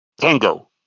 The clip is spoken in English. Tango